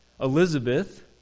Elizabeth